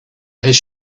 his